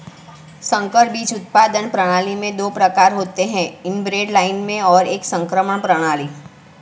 संकर बीज उत्पादन प्रणाली में दो प्रकार होते है इनब्रेड लाइनें और एक संकरण प्रणाली